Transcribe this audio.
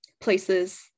places